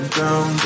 down